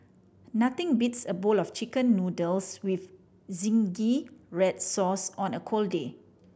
nothing beats a bowl of Chicken Noodles with zingy red sauce on a cold day